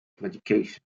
medication